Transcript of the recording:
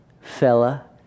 fella